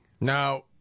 Now